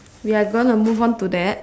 we are going to move on to that